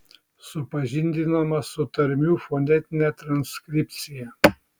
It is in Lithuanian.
supažindinama su tarmių fonetine transkripcija